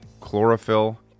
chlorophyll